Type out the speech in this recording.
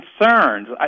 concerns